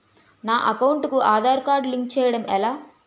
నా అకౌంట్ కు Aadhaar card link చేయడం ఎలా?